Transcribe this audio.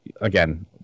again